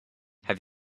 have